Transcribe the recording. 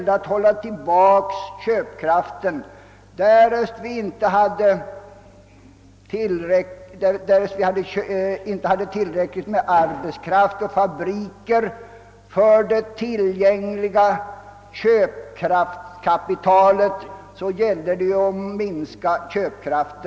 Det gällde att minska köpkraften, därest vi inte hade tillräckligt med arbetskraft och fabriker för det tillgängliga köpkraftskapitalet.